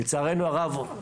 לצערנו הרב,